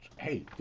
Hey